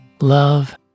Love